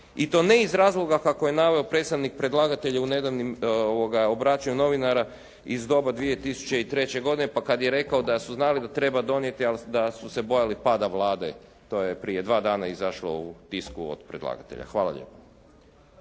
i to ne iz razloga kako je naveo predstavnik predlagatelja u nedavnim obraćanju novinara iz doba 2003. godine pa kad je rekao da su znali da treba donijeti, ali da su se bojali pada Vlade. To je prije dva dana izašlo u tisku od predlagatelja. Hvala lijepo.